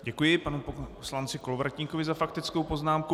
Děkuji panu poslanci Kolovratníkovi za faktickou poznámku.